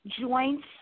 joints